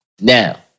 Now